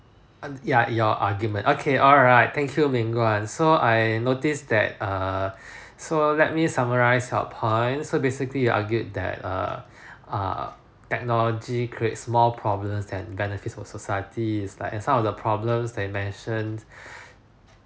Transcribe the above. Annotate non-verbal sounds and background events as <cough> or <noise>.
and ya your argument okay alright thank you ming-guan so I noticed that err <breath> so let me summarize your point so basically you argue that err err technology creates more problems than benefits for society it's like and some of problem they mentioned <breath>